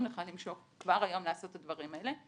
לך למשוך כבר היום לעשות את הדברים האלה.